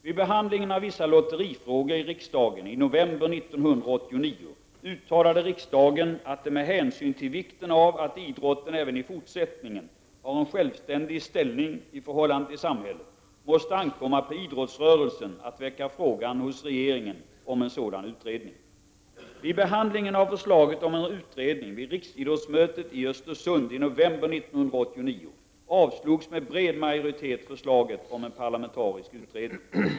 Vid behandlingen av vissa lotterifrågor i riksdagen i november 1989 uttalade riksdagen att det med hänsyn till vikten av att idrotten även i fortsättningen har en självständig ställning i förhållande till samhället måste ankomma på idrottsrörelsen att väcka frågan hos regeringen om en sådan utredning. Vid behandlingen av förslaget om en utredning vid riksidrottsmötet i Östersund i november 1989, avslogs med bred majoritet förslaget om en parlamentarisk utredning.